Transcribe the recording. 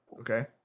okay